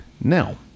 Now